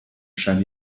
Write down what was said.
scheint